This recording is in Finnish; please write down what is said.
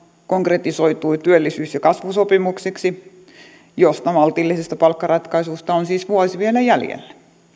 konkretisoitui työllisyys ja kasvusopimukseksi josta maltillisesta palkkaratkaisusta on siis vuosi vielä jäljellä